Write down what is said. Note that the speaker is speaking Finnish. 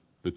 nyt